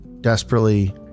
desperately